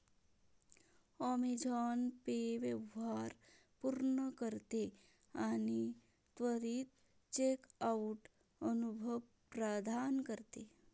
Amazon Pay व्यवहार पूर्ण करते आणि त्वरित चेकआउट अनुभव प्रदान करते